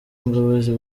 imbabazi